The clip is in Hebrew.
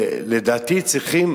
לדעתי צריכים